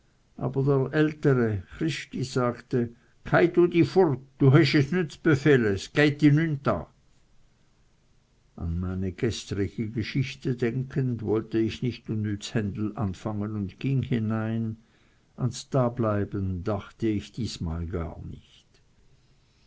furt du hesch is nüt z'bifehle es geit di nüt a an meine gestrige geschichte denkend wollte ich nicht unnütz händel anfangen und ging hinein ans dableiben dachte ich diesmal gar nicht